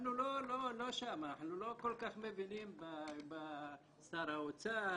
אנחנו לא שם, אנחנו לא כל כך מבינים בשר האוצר,